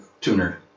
tuner